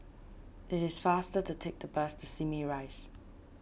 it is faster to take the bus to Simei Rise